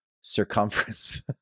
circumference